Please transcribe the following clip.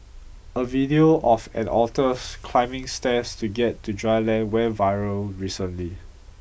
a video of an otter climbing stairs to get to dry land went viral recently